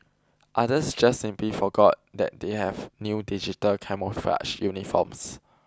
others just simply forgot that they have new digital camouflage uniforms